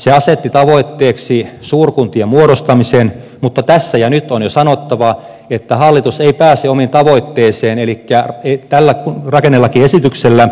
se asetti tavoitteeksi suurkuntien muodostamisen mutta tässä ja nyt on jo sanottava että hallitus ei pääse omaan tavoitteeseensa elikkä tällä rakennelakiesityksellä